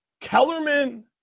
Kellerman